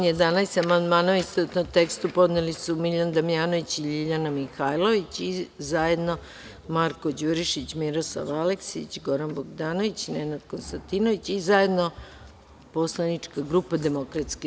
Na član 11. amandmane u istovetnom tekstu podneli su Miljan Damjanović i LJiljana Mihajlović i zajedno Marko Đurišić, Miroslav Aleksić, Goran Bogdanović, Nenad Konstantinović i zajedno poslanička grupa DS.